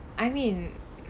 I mean